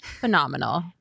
Phenomenal